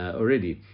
already